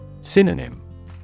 Synonym